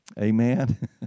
Amen